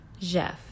Jeff